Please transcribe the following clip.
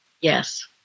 yes